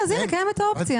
אז הנה קיימת האופציה.